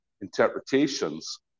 interpretations